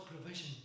provision